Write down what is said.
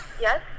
Yes